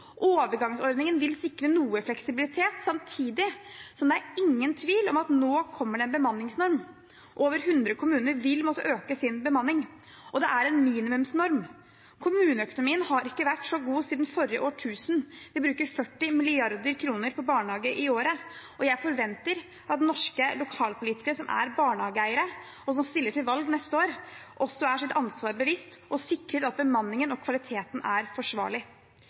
Overgangsordningen vil sikre noe fleksibilitet samtidig som det ikke er noen tvil om at det nå kommer en bemanningsnorm. Over 100 kommuner vil måtte øke sin bemanning, og det er en minimumsnorm. Kommuneøkonomien har ikke vært så god siden forrige årtusen. Vi bruker 40 mrd. kr på barnehage i året, og jeg forventer at norske lokalpolitikere som er barnehageeiere, og som stiller til valg neste år, også er sitt ansvar bevisst og sikrer at bemanningen og kvaliteten er forsvarlig.